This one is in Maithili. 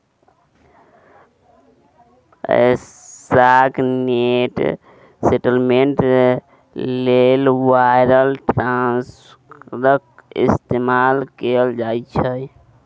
पैसाक नेट सेटलमेंट लेल वायर ट्रांस्फरक इस्तेमाल कएल जाइत छै